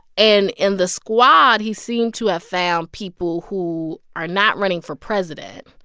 and in the squad, he seemed to have found people who are not running for president,